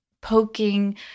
poking